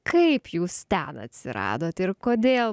kaip jūs ten atsiradot ir kodėl